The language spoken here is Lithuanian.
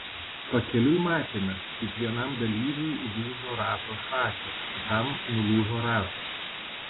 pakeliui matėme kaip vienam dalyviui lūžo rato šakė kitam nulūžo ratas